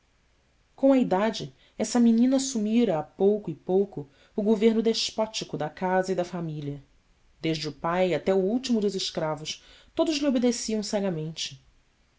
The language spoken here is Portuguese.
com a idade essa menina assumira a pouco e pouco o governo despótico da casa e da família desde o pai até o último dos escravos todos lhe obedeciam